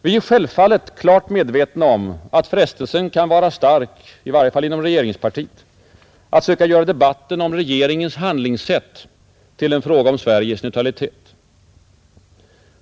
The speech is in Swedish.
Vi är självfallet klart medvetna om att frestelsen kan vara stark, i varje fall inom regeringspartiet, att söka göra debatten om regeringens handlingssätt till en fråga om Sveriges neutralitet.